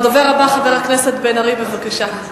הדובר הבא, חבר הכנסת בן-ארי, בבקשה.